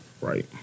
Right